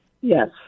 Yes